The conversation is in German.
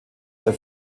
der